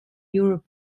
europe